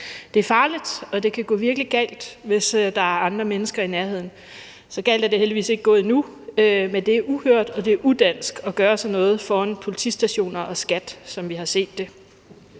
Det er farligt, og det kan gå virkelig galt, hvis der er andre mennesker i nærheden. Så galt er det heldigvis ikke gået endnu, men det er uhørt og udansk at gøre sådan noget foran politistationen og Skattestyrelsen, som vi har set det.